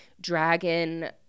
dragon